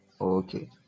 Okay